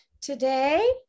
Today